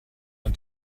ein